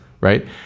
right